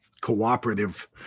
cooperative